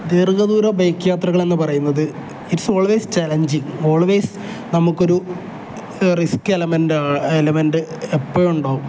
ദീർഘ ദൂര ബൈക്ക് യാത്രകൾ എന്ന് പറയുന്നത് it is always challenging always നമുക്കൊരു ഒരു റിസ്ക് എലമെൻറ്റ് എലമെൻറ് എപ്പോഴാണ് ഉണ്ടാവും